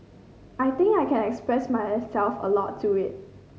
I think I can express myself a lot through it